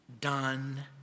done